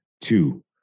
Two